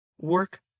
work